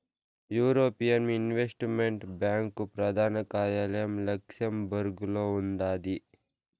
European investment bank ప్రదాన కార్యాలయం లక్సెంబర్గులో ఉండాది